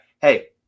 hey